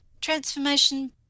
transformation